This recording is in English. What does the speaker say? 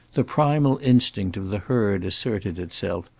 the primal instinct of the herd asserted itself,